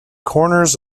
corners